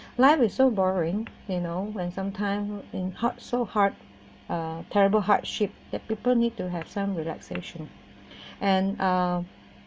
life is so boring you know when sometimes it's hot so hard uh terrible hardships that people need to have some relaxation and uh